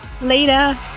Later